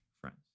friends